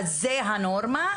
זאת הנורמה,